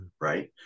right